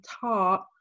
taught